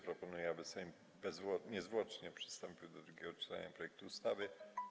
Proponuję, aby Sejm niezwłocznie przystąpił do drugiego czytania projektu ustawy.